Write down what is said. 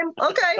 Okay